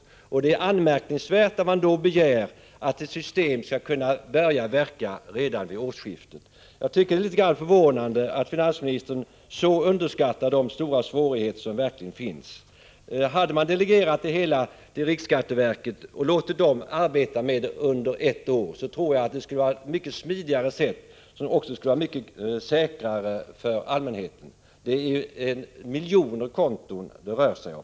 Det är mot den bakgrunden anmärkningsvärt att man begär att ett system skall kunna börja fungera redan vid årsskiftet. Det är förvånande att finansministern så till den grad underskattar de svårigheter som verkligen föreligger. Jag tror att det hade varit mycket smidigare och för allmänheten säkrare, om man först hade delegerat ärendet till riksskatteverket och låtit det arbeta med frågan under ett år. Det är ju miljoner konton som det rör sig om.